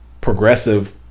progressive